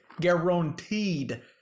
Guaranteed